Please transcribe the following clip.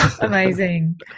amazing